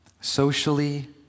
socially